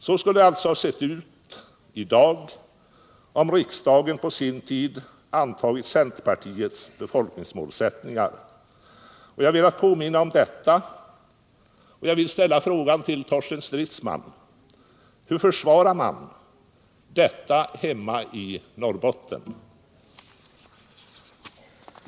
Så skulle det alltså ha sett ut, om riksdagen på sin tid antagit centerpartiets befolkningsmålsättningar. Jag har velat påminna om detta och frågar nu Torsten Stridsman: Hur försvarar man detta hemma i Norrbotten?